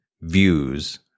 views